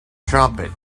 trumpet